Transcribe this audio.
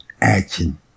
action